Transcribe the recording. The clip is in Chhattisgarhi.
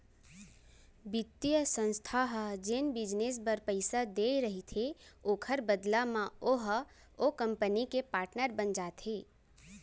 बित्तीय संस्था ह जेन बिजनेस बर पइसा देय रहिथे ओखर बदला म ओहा ओ कंपनी के पाटनर बन जाथे